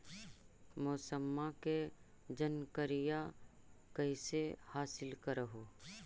मौसमा के जनकरिया कैसे हासिल कर हू?